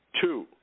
two